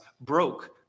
broke